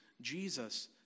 Jesus